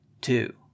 two